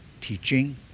teaching